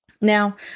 Now